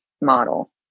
model